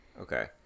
Okay